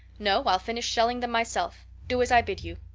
no, i'll finish shelling them myself. do as i bid you.